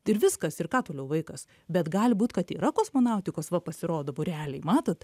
ir viskas ir ką toliau vaikas bet gali būti kad yra kosmonautikos va pasirodo būreliai matote